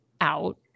out